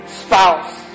spouse